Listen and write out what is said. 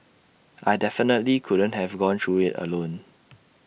I definitely couldn't have gone through IT alone